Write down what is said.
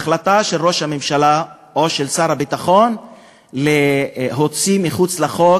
החלטה של ראש הממשלה או של שר הביטחון להוציא אל מחוץ לחוק